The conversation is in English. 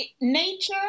nature